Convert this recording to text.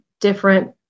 different